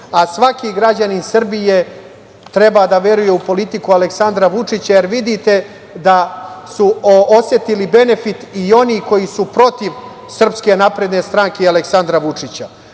a svaki građanin Srbije treba da veruje u politiku Aleksandra Vučića, jer vidite da su osetili benefit i oni koji su protiv SNS i Aleksandra